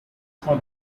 for